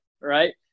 right